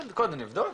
אני אבדוק,